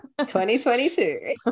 2022